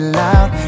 loud